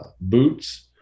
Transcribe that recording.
boots